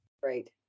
Great